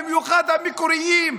במיוחד המקוריים,